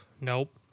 nope